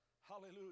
Hallelujah